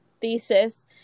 thesis